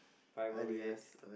five more minutes